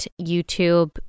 YouTube